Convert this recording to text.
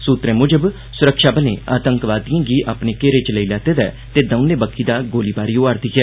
सूत्रें मुजब सुरक्षाबलें आतंकवादिएं गी अपने घेरे च लेई लैते दा ऐ ते दौने बक्खी दा गोलीबारी होआ'रदी ऐ